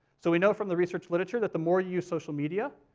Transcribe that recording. so we know from the research literature that the more you social media,